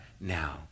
now